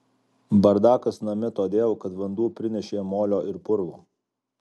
bardakas name todėl kad vanduo prinešė molio ir purvo